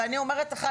ואני אומרת לך,